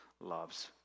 loves